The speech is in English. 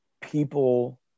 people